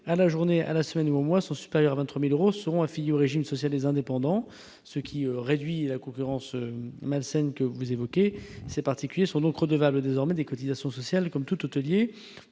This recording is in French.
à la journée, à la semaine ou au mois sont supérieurs à 23 000 euros seront affiliés au régime social des indépendants, ce qui réduira la concurrence malsaine que vous évoquez, madame la sénatrice. Ces particuliers sont donc désormais redevables des cotisations sociales, comme tout hôtelier.